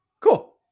Cool